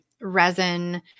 resin